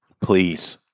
Please